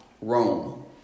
Rome